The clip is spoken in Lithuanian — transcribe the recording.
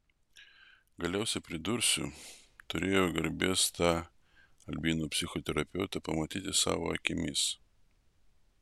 galiausiai pridursiu turėjau garbės tą albino psichoterapeutę pamatyti savo akimis